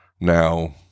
Now